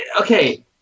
Okay